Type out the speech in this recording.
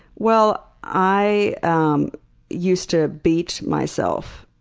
well i um used to beat myself.